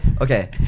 okay